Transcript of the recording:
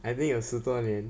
I think 有十多年